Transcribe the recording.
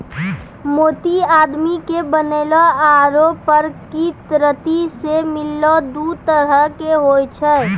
मोती आदमी के बनैलो आरो परकिरति सें मिललो दु तरह के होय छै